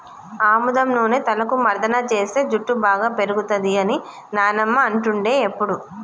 ఆముదం నూనె తలకు మర్దన చేస్తే జుట్టు బాగా పేరుతది అని నానమ్మ అంటుండే ఎప్పుడు